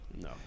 No